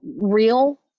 real